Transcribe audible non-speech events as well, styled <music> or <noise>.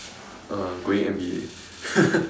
uh going N_B_A <laughs>